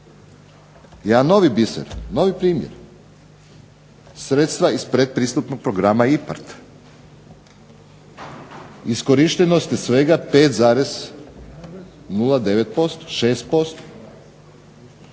Jedan novi biser, novi primjer sredstva iz pretpristupnog programa IPARD. Iskorištenost je svega 5,09%, 6%.